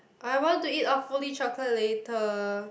I want to eat awfully-chocolate later